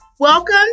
Welcome